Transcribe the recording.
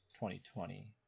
2020